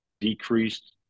decreased